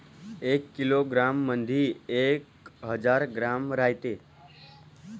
एका किलोग्रॅम मंधी एक हजार ग्रॅम रायते